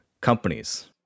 companies